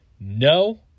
no